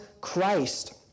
Christ